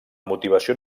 motivació